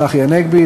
צחי הנגבי,